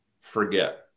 forget